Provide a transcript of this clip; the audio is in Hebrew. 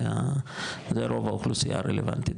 זה רוב האוכלוסייה הרלוונטית,